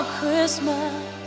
Christmas